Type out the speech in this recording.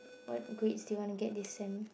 what grades do you want to get this sem